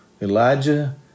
Elijah